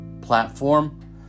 platform